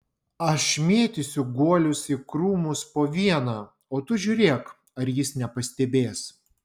aš mėtysiu guolius į krūmus po vieną o tu žiūrėk ar jis nepastebės